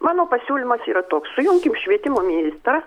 mano pasiūlymas yra toks sujunkim švietimo ministrą